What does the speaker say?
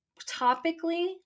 topically